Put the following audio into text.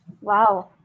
Wow